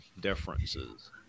differences